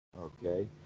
Okay